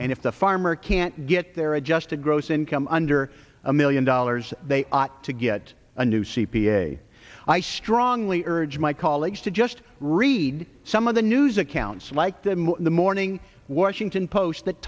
and if the farmer can't get their adjusted gross income under a million dollars they ought to get a new c p a i strongly urge my colleagues to just read some of the news accounts like that in the morning washington post that